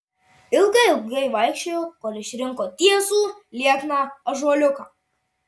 ilgai ilgai vaikščiojo kol išrinko tiesų liekną ąžuoliuką